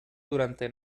durante